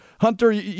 Hunter